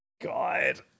God